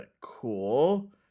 Cool